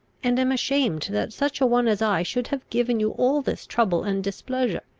and am ashamed that such a one as i should have given you all this trouble and displeasure.